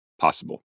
possible